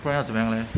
不然怎样 leh